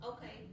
Okay